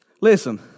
Listen